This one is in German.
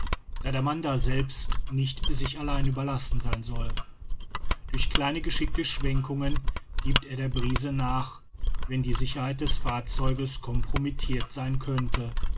da der mann daselbst nicht sich allein überlassen sein soll durch kleine geschickte schwenkungen giebt er der brise nach wenn die sicherheit des fahrzeugs compromittirt sein könnte